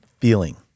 feeling